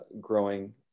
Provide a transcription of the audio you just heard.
growing